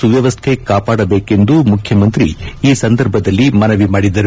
ಸುವ್ಯವಸ್ಥೆ ಕಾಪಾಡಬೇಕೆಂದು ಮುಖ್ಯಮಂತ್ರಿ ಈ ಸಂದರ್ಭದಲ್ಲಿ ಮನವಿ ಮಾಡಿದರು